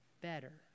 better